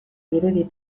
irudi